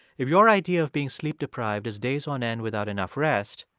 if your idea of being sleep deprived is days on end without enough rest,